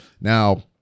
Now